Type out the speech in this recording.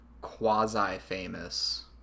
quasi-famous